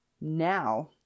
Now